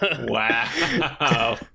Wow